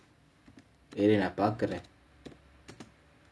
நில்லு நான் பார்க்கிறேன்:nillu naan paarkliraen